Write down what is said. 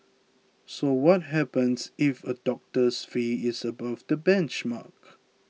so what happens if a doctor's fee is above the benchmark